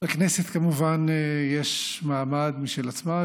לכנסת כמובן יש מעמד משל עצמה,